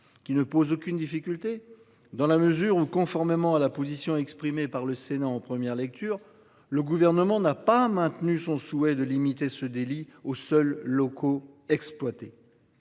qui ne pose aucune difficulté. Dans la mesure où conformément à la position exprimée par le Sénat en première lecture, le gouvernement n'a pas maintenu son souhait de limiter ce délit aux seul locaux exploiter.